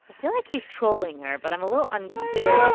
feel like he's trolling her, but i'm a little unclear. um